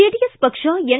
JDS ಪಕ್ಷ N